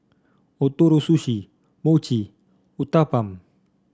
Ootoro Sushi Mochi Uthapam